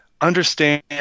understand